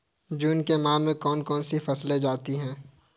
जून के माह में कौन कौन सी फसलें की जाती हैं?